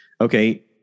okay